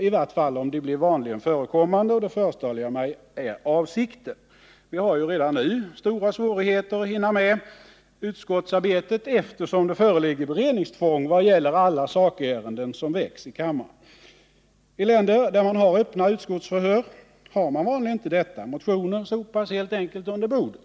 i vart fall om de blev vanligen förekommande. Och det föreställer jag mig är avsikten. Vi har ju redan nu stora svårigheter att hinna med utskottsarbetet, eftersom det föreligger beredningstvång i vad gäller alla sakärenden som väcks i kammaren. I länder där man har öppna utskottsförhör har man vanligen inte detta. Motioner sopas helt enkelt under bordet.